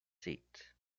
seat